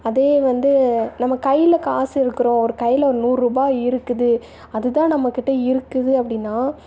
அதே வந்து நம்ம கையில் காசு இருக்கிறோம் ஒரு கையில் ஒரு நூறுபா இருக்குது அதுதான் நம்மக்கிட்டே இருக்குது அப்படின்னா